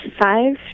five